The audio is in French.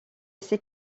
ses